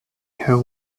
her